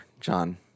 John